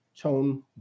tone